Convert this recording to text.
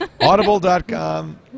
Audible.com